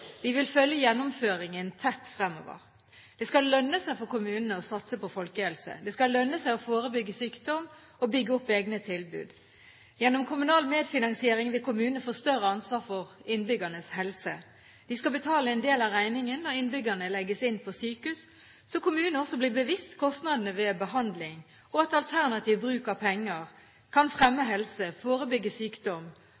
Vi vil følge gjennomføringen tett fremover. Det skal lønne seg for kommunene å satse på folkehelse. Det skal lønne seg å forebygge sykdom og bygge opp egne tilbud. Gjennom kommunal medfinansiering vil kommunene får større ansvar for innbyggernes helse. De skal betale en del av regningen når innbyggerne legges inn på sykehus, slik at kommunene blir seg bevisst kostnadene ved behandling, og at alternativ bruk av pengene kan fremme